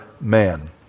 man